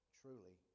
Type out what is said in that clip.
truly